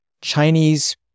Chinese